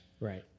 Right